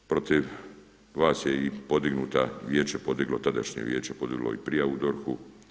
Protiv vas je i podignuta, vijeće je podiglo, tadašnje vijeće je podiglo i prijavu DORH-u.